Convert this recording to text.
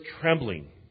trembling